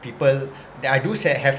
people that I do sa~ have